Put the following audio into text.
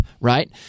right